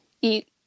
eat